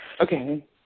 Okay